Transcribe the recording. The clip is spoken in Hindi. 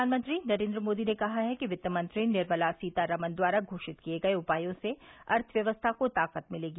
प्रधानमंत्री नरेन्द्र मोदी ने कहा है कि क्ति मंत्री निर्मला सीतारमन द्वारा घोषित किए गए उपायों से अर्थव्यवस्था को ताकत भिर्तगी